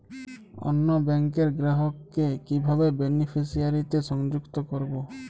অন্য ব্যাংক র গ্রাহক কে কিভাবে বেনিফিসিয়ারি তে সংযুক্ত করবো?